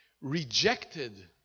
rejected